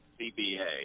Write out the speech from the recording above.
CBA